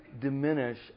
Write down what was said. diminish